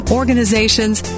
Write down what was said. organizations